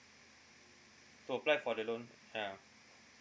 to apply for the loan ya